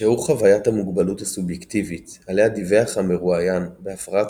שיעור חוויית המוגבלות הסובייקטיבית עליה דיווח המרואיין בהפרעת